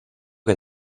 que